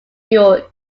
york